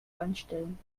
anstellen